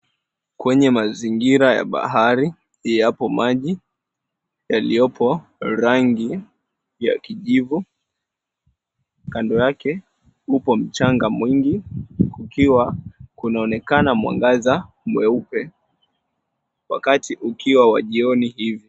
Kwenye mazingira ya bahari, yapo maji yaliyopo rangi kijivu. Kando yake uko mchanga mwingi kukiwa kunaonekana mwangaza mweupe. Wakati ukiwa wa jioni hivi.